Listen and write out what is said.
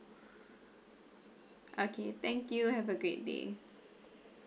okay thank you have a great day